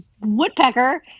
woodpecker